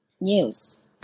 news